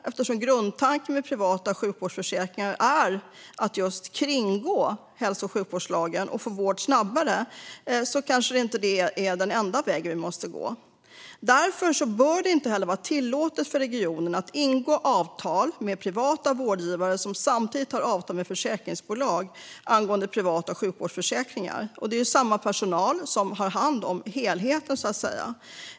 Eftersom grundtanken med privata sjukvårdsförsäkringar är att kringgå hälso och sjukvårdslagen och få vård snabbare kanske inte det är den enda väg vi måste gå. Därför bör det inte heller vara tillåtet för regionerna att ingå avtal med privata vårdgivare som samtidigt har avtal med försäkringsbolag angående privata sjukvårdsförsäkringar. Det är samma personal som har hand om helheten, så att säga.